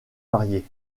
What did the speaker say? variés